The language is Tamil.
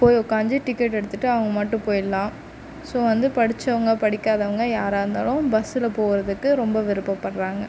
போய் உட்காந்து டிக்கெட் எடுத்துவிட்டு அவங்க மட்டும் போயிடலாம் ஸோ வந்து படித்தவங்க படிக்காதவங்க யாராக இருந்தாலும் பஸ்ஸில் போகிறதுக்கு ரொம்ப விருப்பப்படுறாங்க